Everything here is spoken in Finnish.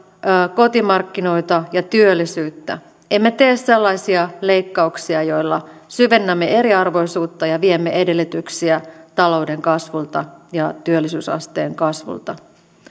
kotimarkkinoita ja työllisyyttä emme tee sellaisia leikkauksia joilla syvennämme eriarvoisuutta ja viemme edellytyksiä talouden kasvulta ja työllisyysasteen kasvulta